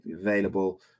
available